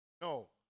No